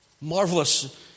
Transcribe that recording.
Marvelous